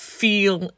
feel